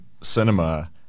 cinema